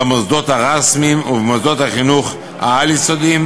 במוסדות הרשמיים ובמוסדות החינוך העל-יסודיים,